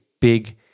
big